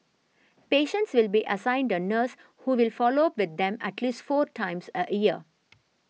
patients will be assigned a nurse who will follow up with them at least four times a year